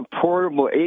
portable